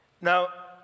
Now